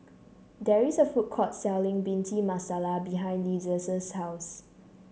there is a food court selling Bhindi Masala behind Liza's house